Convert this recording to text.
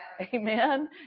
Amen